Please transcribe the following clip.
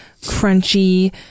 crunchy